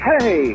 Hey